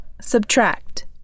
subtract